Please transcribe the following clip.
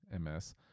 MS